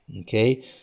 Okay